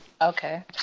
Okay